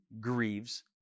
grieves